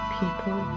people